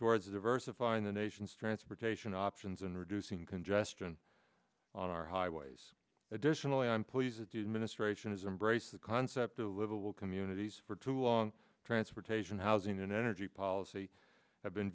towards diversifying the nation's transportation options and reducing congestion on our highways additionally i'm pleased that the administration has embraced the concept of livable communities for too long transportation housing and energy policy have been